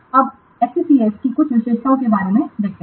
अब SCCS की कुछ विशेषताओं के बारे में देखते हैं